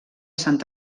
sant